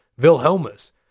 Wilhelmus